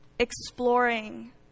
Exploring